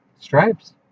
Stripes